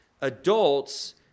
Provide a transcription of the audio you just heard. adults